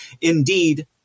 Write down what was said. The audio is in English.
Indeed